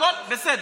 הכול בסדר.